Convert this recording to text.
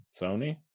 Sony